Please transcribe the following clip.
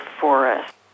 forest